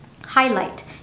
highlight